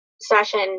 session